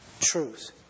truth